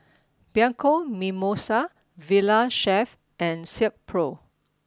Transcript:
Bianco Mimosa Valley Chef and Silkpro